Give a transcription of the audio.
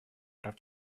прав